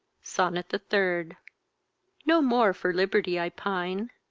sonnet the third no more for liberty i pine,